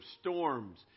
storms